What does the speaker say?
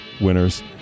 winners